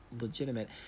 legitimate